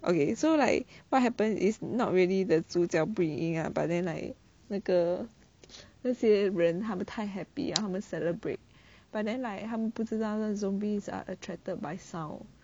okay so like what happened is not really the 主角 bringing lah but then like 那个那些人他们太 happy 了他们 celebrate but then like 他们不知道那 zombies are attracted by sound